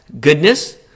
goodness